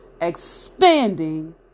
expanding